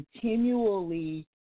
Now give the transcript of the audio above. continually